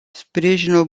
sprijinul